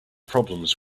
problems